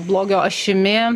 blogio ašimi